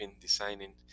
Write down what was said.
designing